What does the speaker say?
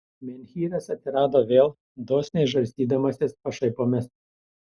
menhyras atsirado vėl dosniai žarstydamasis pašaipomis